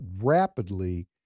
rapidly